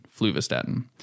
fluvastatin